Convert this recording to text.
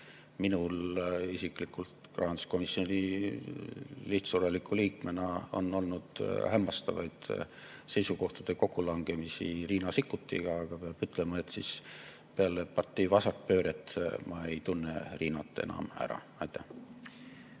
Minul isiklikult rahanduskomisjoni lihtsureliku liikmena on olnud hämmastavaid seisukohtade kokkulangemisi Riina Sikkutiga, aga peab ütlema, et peale partei vasakpööret ma ei tunne Riinat enam ära. Aitäh!